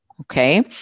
Okay